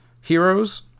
heroes